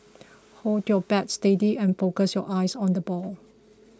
hold your bat steady and focus your eyes on the ball